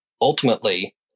ultimately